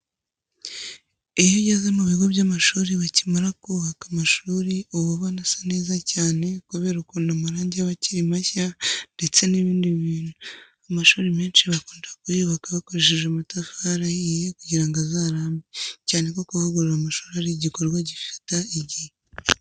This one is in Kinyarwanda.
Iyo ugeze mu bigo by'amashuri bakimara kubaka amashuri, uba ubona asa neza cyane kubera ukuntu amarangi aba akiri mashya ndetse n'ibindi bintu. Amashuri menshi bakunda kuyubaka bakoreshe amatafari ahiye kugira ngo azarambe, cyane ko kuvugurura amashuri ari igikorwa gifata igihe.